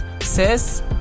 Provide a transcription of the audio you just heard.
sis